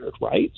right